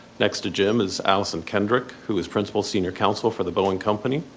next to jim is allison kendrick who is principal senior counsel for the boeing company.